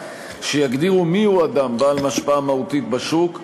שיגדירו מיהו אדם בעל השפעה מהותית בשוק,